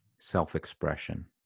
self-expression